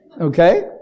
Okay